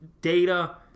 data